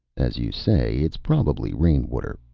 as you say, it's probably rain-water,